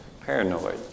paranoid